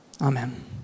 Amen